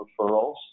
referrals